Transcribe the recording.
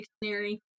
Dictionary